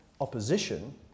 opposition